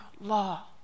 law